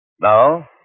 Now